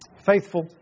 Faithful